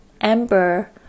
Amber